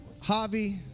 Javi